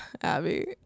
Abby